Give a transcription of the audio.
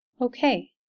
Okay